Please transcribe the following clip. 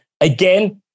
again